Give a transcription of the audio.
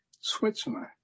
Switzerland